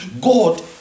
God